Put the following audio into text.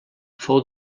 fou